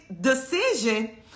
decision